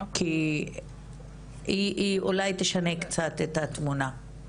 כי היא אולי תשנה קצת את התמונה.